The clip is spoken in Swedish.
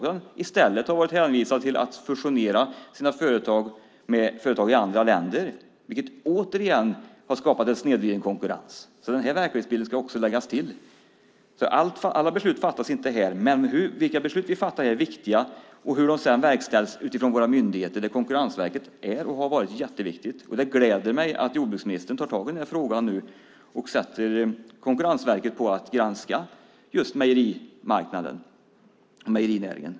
De har i stället varit hänvisade till att fusionera sina företag med företag i andra länder, vilket återigen har skapat en snedvriden konkurrens. Den verklighetsbilden ska också läggas till. Alla beslut fattas inte här. Men vilka beslut vi fattar är viktigt och sedan hur de verkställs av våra myndigheter. Där har Konkurrensverket varit och är jätteviktigt. Det gläder mig att jordbruksministern tar tag i den här frågan nu och sätter Konkurrensverket på att granska just mejerimarknaden och mejerinäringen.